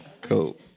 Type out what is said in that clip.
cool